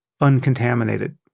uncontaminated